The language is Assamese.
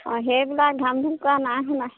অঁ সেইবিলাক ধামধুম কৰা নাই শুনা